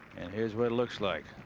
and here's what it looks like.